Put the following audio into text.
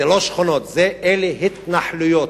זה לא שכונות, אלה הן התנחלויות.